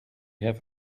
have